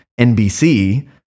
NBC